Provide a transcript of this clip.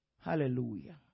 hallelujah